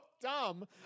dumb